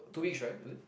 two weeks right